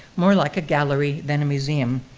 more like a gallery than a museum.